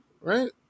right